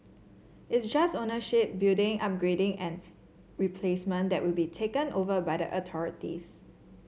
it's just ownership building upgrading and replacement that will be taken over by the authorities